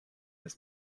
des